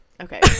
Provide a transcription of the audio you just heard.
Okay